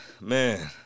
man